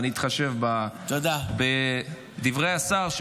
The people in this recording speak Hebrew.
אני אתחשב בדברי השר,